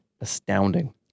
astounding